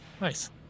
Nice